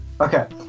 Okay